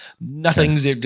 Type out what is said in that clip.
nothing's